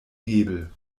hebel